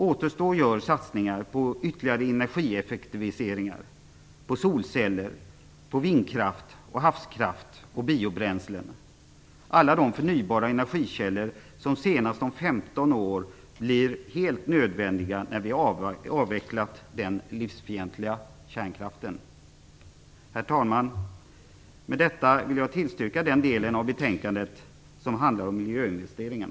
Återstår gör satsningar på ytterligare energieffektiviseringar, på solceller, vindkraft, havskraft och biobränslen - och på alla de förnyelsebara energikällor som senast om 15 år, när vi avvecklat den livsfientliga kärnkraften, blir helt nödvändiga. Herr talman! Med detta vill jag tillstyrka den del av betänkandet som handlar om miljöinvesteringar.